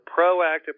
proactive